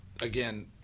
again